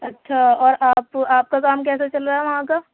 اچھا اور آپ آپ کا کام کیسا چل رہا ہے وہاں کا